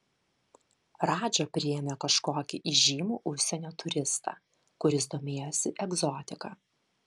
radža priėmė kažkokį įžymų užsienio turistą kuris domėjosi egzotika